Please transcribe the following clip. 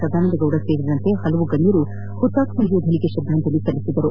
ಸದಾನಂದಗೌಡ ಸೇರಿದಂತೆ ಹಲವು ಗಣ್ಣರು ಹುತಾತ್ನ ಯೋಧನಿಗೆ ಶ್ರದ್ದಾಂಜಲಿ ಸಲ್ಲಿಸಿದರು